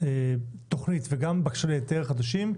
שבכל תוכנית וגם בבקשות להיתר חדשות,